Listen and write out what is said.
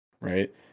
right